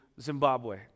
Zimbabwe